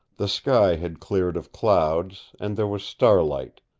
the sky had cleared of clouds, and there was starlight,